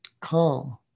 calm